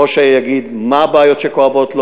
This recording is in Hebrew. ראש העיר יגיד מה הבעיות שכואבות לו,